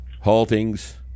haltings